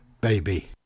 Baby